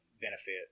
benefit